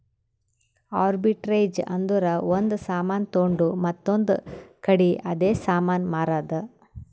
arbitrage ಅಂದುರ್ ಒಂದ್ ಸಾಮಾನ್ ತೊಂಡು ಮತ್ತೊಂದ್ ಕಡಿ ಅದೇ ಸಾಮಾನ್ ಮಾರಾದ್